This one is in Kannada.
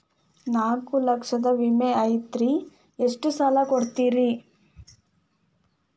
ನಾಲ್ಕು ಲಕ್ಷದ ವಿಮೆ ಐತ್ರಿ ಎಷ್ಟ ಸಾಲ ಕೊಡ್ತೇರಿ?